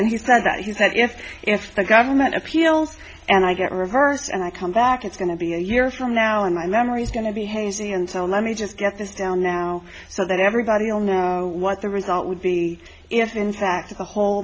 and he said that he said yes if the government appeals and i get reversed and i come back it's going to be a year from now in my memory is going to be hazy and so let me just get this down now so that everybody will know what the result would be if in fact the whole